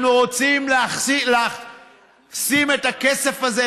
אנחנו רוצים לשים את הכסף הזה,